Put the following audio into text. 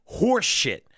horseshit